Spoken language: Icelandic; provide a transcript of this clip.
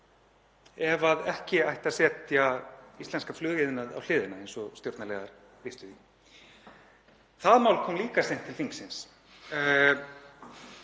ef ekki ætti að setja íslenskan flugiðnað á hliðina eins og stjórnarliðar lýstu því. Það mál kom líka seint til þingsins.